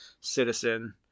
citizen